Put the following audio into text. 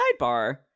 sidebar